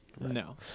no